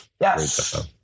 Yes